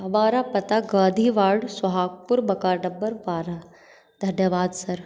हमारा पता गांधी वाड़ सुहागपुर बकारडब्बर बारह धन्यवाद सर